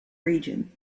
region